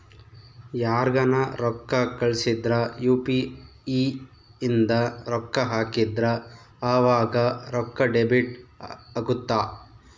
ಯಾರ್ಗನ ರೊಕ್ಕ ಕಳ್ಸಿದ್ರ ಯು.ಪಿ.ಇ ಇಂದ ರೊಕ್ಕ ಹಾಕಿದ್ರ ಆವಾಗ ರೊಕ್ಕ ಡೆಬಿಟ್ ಅಗುತ್ತ